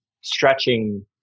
stretching